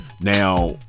Now